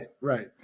right